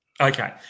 Okay